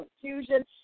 confusion